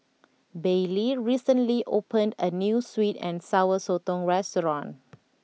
Baylee recently opened a new Sweet and Sour Sotong restaurant